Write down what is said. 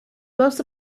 most